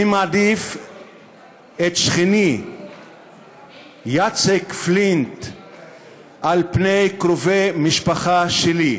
אני מעדיף את שכני יאצק פלינט על פני קרובי משפחה שלי,